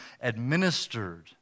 administered